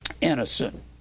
innocent